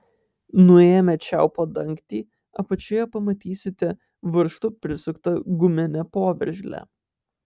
nuėmę čiaupo dangtį apačioje pamatysite varžtu prisuktą guminę poveržlę